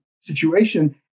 situation